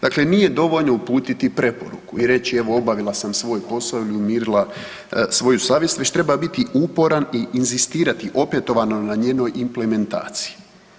Dakle, nije dovoljno uputiti preporuku i reći evo obavila sam svoj posao i umirila svoju savjest već treba biti uporan i inzistirati opetovano na njenoj implementaciji.